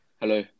Hello